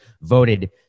voted